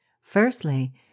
Firstly